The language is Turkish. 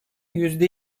yüzde